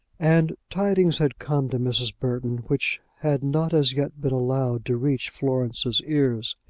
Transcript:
and tidings had come to mrs. burton which had not as yet been allowed to reach florence's ears.